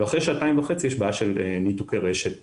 ואחרי שעתיים וחצי יש בעיה של ניתוקי רשת במערכת.